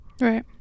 Right